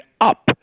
up